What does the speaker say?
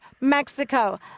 Mexico